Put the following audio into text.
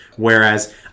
Whereas